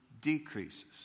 decreases